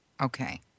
Okay